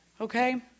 okay